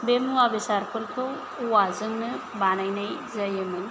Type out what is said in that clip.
बे मुवा बेसादफोरखौ औवाजोंनो बानायनाय जायोमोन